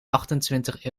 achtentwintig